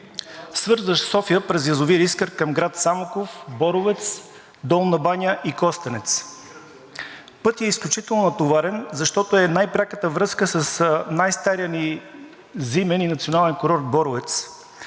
свързващ София през язовир Искър към град Самоков, Боровец, Долна баня и Костенец. Пътят е изключително натоварен, защото е най-пряката връзка с най-стария ни зимен и национален курорт Боровец,